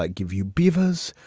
like give you beavers?